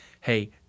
hey